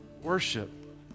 worship